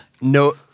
No